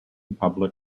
public